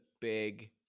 big